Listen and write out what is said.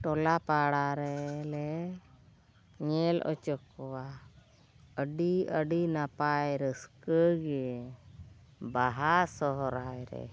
ᱴᱚᱞᱟ ᱯᱟᱲᱟ ᱨᱮᱞᱮ ᱧᱮᱞ ᱦᱚᱪᱚ ᱠᱚᱣᱟ ᱟᱹᱰᱤ ᱟᱹᱰᱤ ᱱᱟᱯᱟᱭ ᱨᱟᱹᱥᱠᱟᱹ ᱜᱮ ᱵᱟᱦᱟ ᱥᱚᱦᱨᱟᱭ ᱨᱮ